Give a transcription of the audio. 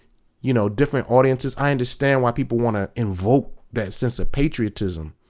you know d ifferent audiences, i understand why people want to invoke that sense of patriotism